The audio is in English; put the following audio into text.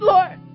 Lord